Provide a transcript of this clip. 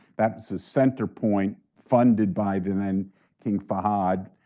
that was the center point funded by the then king fahad.